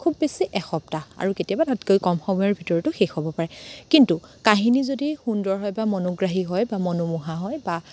খুব বেছি এসপ্তাহ আৰু কেতিয়াবা তাতকৈ কম সময়ৰ ভিতৰতো শেষ হ'ব পাৰে কিন্তু কাহিনী যদি সুন্দৰ হয় বা মনোগ্ৰাহী হয় বা মনোমোহা হয় বা